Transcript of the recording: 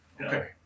Okay